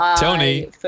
Tony